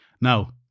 Now